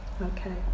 Okay